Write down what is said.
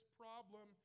problem